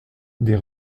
des